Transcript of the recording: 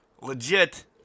legit